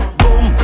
boom